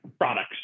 Products